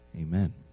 Amen